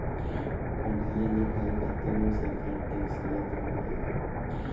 पढ़ाई लिखाई खातिर भी सरकार टेक्स लेत बिया